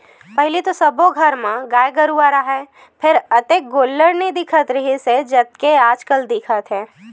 पहिली तो सब्बो घर म गाय गरूवा राहय फेर अतेक गोल्लर नइ दिखत रिहिस हे जतेक आजकल दिखथे